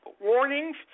warnings